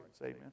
amen